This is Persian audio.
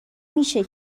میشه